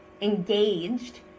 engaged